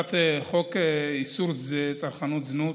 אכיפת חוק איסור צרכנות זנות: